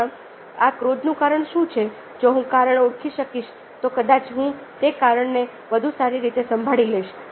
મારામાં આ ક્રોધનું કારણ શું છે જો હું કારણો ઓળખી શકીશ તો કદાચ હું તે કારણોને વધુ સારી રીતે સંભાળી લઈશ